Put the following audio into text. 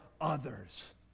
others